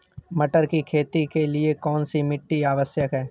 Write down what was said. मटर की खेती के लिए कौन सी मिट्टी आवश्यक है?